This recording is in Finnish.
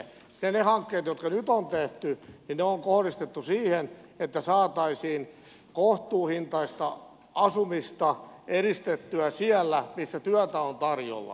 ne hankkeet jotka nyt on tehty on kohdistettu siihen että saataisiin kohtuuhintaista asumista edistettyä siellä missä työtä on tarjolla